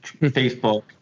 Facebook